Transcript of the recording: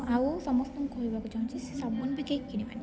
ଆଉ ସମସ୍ତଙ୍କୁ କହିବାକୁ ଚାଁହୁଛି ସେ ସାବୁନ ବି କେହି କିଣିବାନି